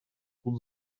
суд